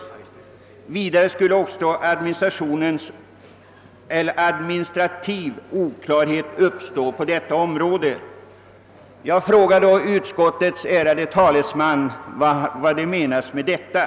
Vidare skulle administrativ oklarhet uppstå på detta område.» Jag vill fråga utskottets ärade talesman vad som menas med den formuleringen.